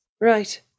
Right